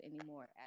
anymore